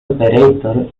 operator